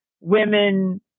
women